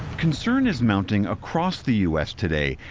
concern is mounting across the u s. today,